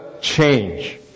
change